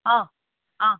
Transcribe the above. অ' অ'